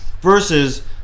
versus